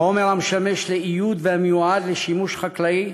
חומר המשמש לאיוד והמיועד לשימוש חקלאי